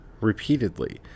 repeatedly